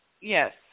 Yes